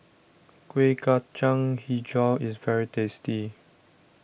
Kueh Kacang HiJau is very tasty